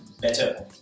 better